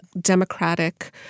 democratic